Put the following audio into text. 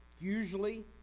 Usually